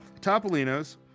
Topolinos